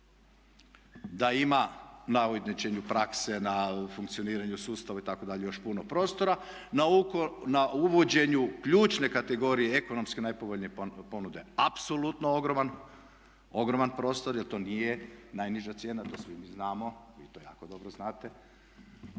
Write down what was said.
da ima na ujednačenju prakse, na funkcioniranju sustava itd. još puno prostora, na uvođenju ključne kategorije ekonomski najpovoljnije ponude apsolutno ogroman prostor jer to nije najniža cijena. To svi mi znamo, vi to jako dobro znate.